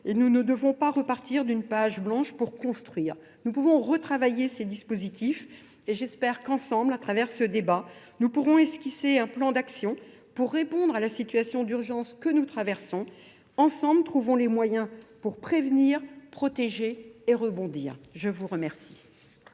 et nous ne devons pas repartir d'une page blanche pour construire. Nous pouvons retravailler ces dispositifs et j'espère qu'ensemble, à travers ce débat, nous pourrons esquisser un plan d'action pour répondre à la situation d'urgence que nous traversons. Ensemble, trouvons les moyens pour prévenir, protéger et rebondir. Je vous remercie.